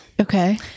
Okay